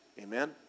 Amen